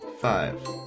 five